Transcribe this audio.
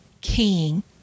king